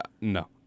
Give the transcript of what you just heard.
no